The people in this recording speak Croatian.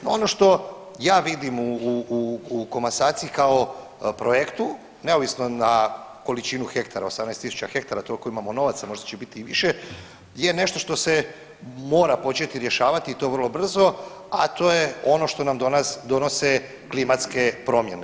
No ono što ja vidim u komasaciji kao projektu, neovisno na količinu hektara 18.000 hektara toliko imamo novaca, možda će biti i više je nešto što se mora početi rješavati i to vrlo brzo, a to je ono što nam donose klimatske promjene.